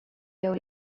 jeu